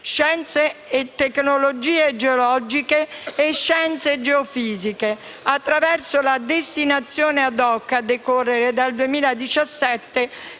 scienze e tecnologie geologiche e scienze geofisiche, attraverso la destinazione *ad hoc*, a decorrere dal 2017,